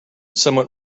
somewhat